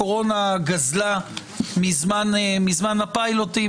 הקורונה גזלה מזמן הפילוטים,